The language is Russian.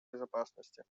безопасности